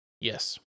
Yes